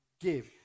give